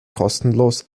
kostenlos